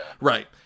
right